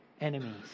enemies